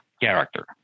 character